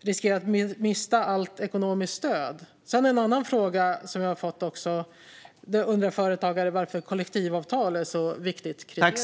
riskera att mista allt ekonomiskt stöd? En annan fråga som jag har fått från företagare är varför kollektivavtal är ett så viktigt kriterium.